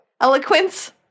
Eloquence